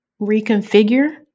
reconfigure